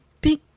big